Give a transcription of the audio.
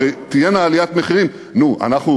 הרי תהיה עליית מחירים, נו, אנחנו